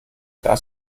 das